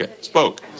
spoke